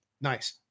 Nice